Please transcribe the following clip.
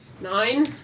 Nine